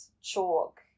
chalk